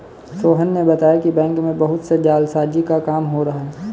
सोहन ने बताया कि बैंक में बहुत से जालसाजी का काम हो रहा है